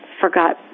forgot